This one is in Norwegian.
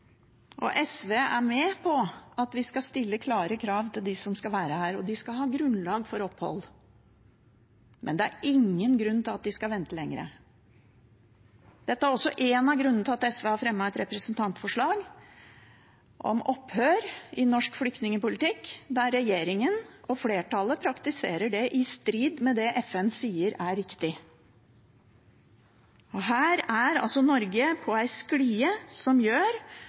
som skal være her, og de skal ha grunnlag for opphold, men det er ingen grunn til at de skal vente lenger. Dette er også en av grunnene til at SV har fremmet et representantforslag om opphør i norsk flyktningpolitikk, der regjeringen og flertallet praktiserer det i strid med det FN sier er riktig. Her er altså Norge på en sklie som gjør